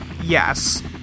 Yes